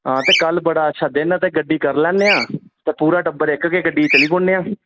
हां ते कल बड़ा अच्छा दिन ऐ ते गड्डी करी लैन्ने आं ते पूरा टब्बर इक गै गड्डी च चली पौन्ने आं